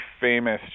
famous